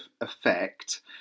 effect